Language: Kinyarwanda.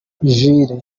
jules